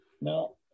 no